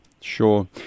Sure